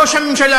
ראש הממשלה,